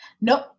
nope